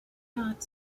not